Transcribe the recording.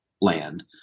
land